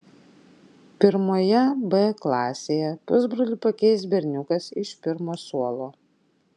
pirmoje b klasėje pusbrolį pakeis berniukas iš pirmo suolo